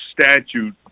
statute